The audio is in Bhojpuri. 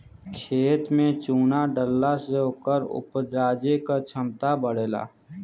खेत में चुना डलला से ओकर उपराजे क क्षमता बढ़ेला